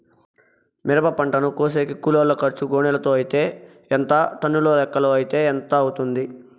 మిరప పంటను కోసేకి కూలోల్ల ఖర్చు గోనెలతో అయితే ఎంత టన్నుల లెక్కలో అయితే ఎంత అవుతుంది?